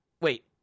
Wait